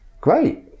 great